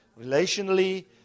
relationally